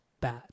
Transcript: bad